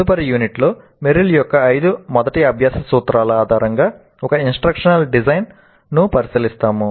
తదుపరి యూనిట్లో మెర్రిల్ యొక్క ఐదు మొదటి అభ్యాస సూత్రాల ఆధారంగా ఒక ఇంస్ట్రక్షనల్ డిజైన్ ను పరిశీలిస్తాము